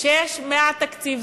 שיש מעט תקציב.